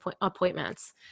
appointments